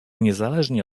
niezależnie